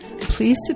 Please